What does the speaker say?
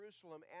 Jerusalem